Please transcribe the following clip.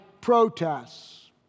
protests